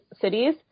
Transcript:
cities